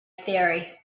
theory